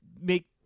make